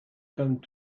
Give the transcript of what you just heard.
come